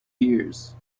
years